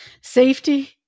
safety